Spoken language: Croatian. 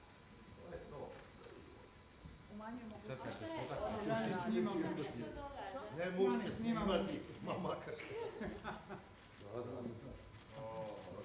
Hvala vam.